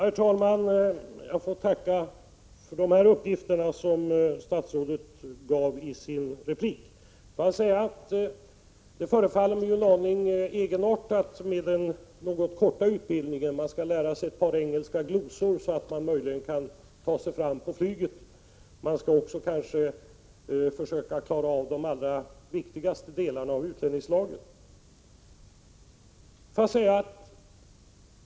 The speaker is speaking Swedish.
Herr talman! Jag tackar för de uppgifter som statsrådet lämnade i sitt inlägg. Jag vill framhålla att den något korta utbildningen förefaller mig en aning egenartad. Möjligen skall man alltså lära sig ett par engelska glosor, så att man kan ta sig fram på flyget. Kanske skall man också klara av de allra viktigaste delarna av utlänningslagen.